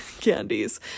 candies